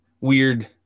weird